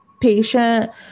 patient